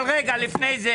אבל לפני זה